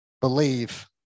believe